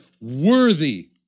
worthy